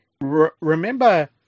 remember